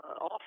off